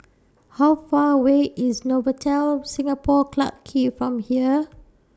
How Far away IS Novotel Singapore Clarke Quay from here